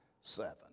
seven